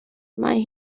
mae